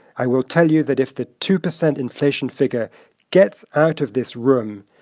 i will tell you that if the two percent inflation figure gets out of this room,